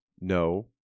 no